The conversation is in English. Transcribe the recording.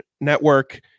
network